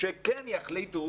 שכן יחליטו